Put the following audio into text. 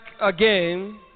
Again